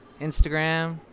Instagram